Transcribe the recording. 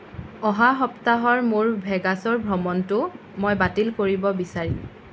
অহা সপ্তাহৰ মোৰ ভেগাছৰ ভ্ৰমণটো মই বাতিল কৰিব বিচাৰিম